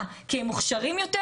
מה, כי הם מוכשרים יותר?